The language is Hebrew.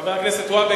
חבר הכנסת והבה,